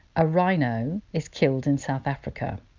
a rhino is killed in south africa.